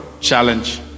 challenge